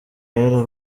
bari